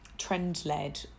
trend-led